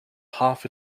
half